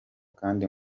kandi